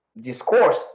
discourse